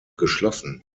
geschlossen